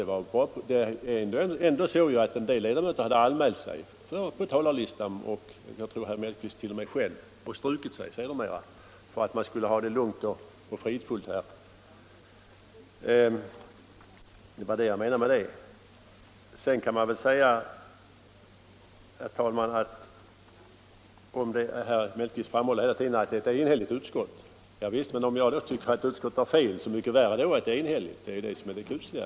En del ledamöter hade ändå anmält sig till debatten. Jag trort.o.m. att herr Mellqvist själv hade gjort det och strukit sig sedermera för att det skulle vara lugnt och fridfullt här. Det var det jag menade med vad jag sade. Herr Mellqvist framhåller hela tiden att det är eu enigt utskott. Ja visst, men om jag tycker att utskottet har fel är det ju så mycket värre för mig att det är enigt. Det är det som är det kusliga.